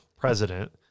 president